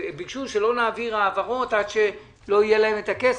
ביקשו שלא נעביר העברות עד שלא יהיה להם את הכסף,